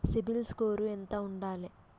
CIBIL score ఎంత ఉండాలే?